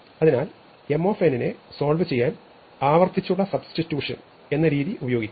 അതിനാൽ Mനെ സോൾവ് ചെയ്യാൻ ആവർത്തിച്ചുള്ള സബ്സ്റ്റിട്യൂഷൻ എന്നരീതി ഉപയോഗിക്കാം